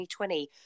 2020